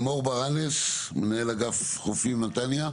מור ברנס, מנהל אגף חופים נתניה.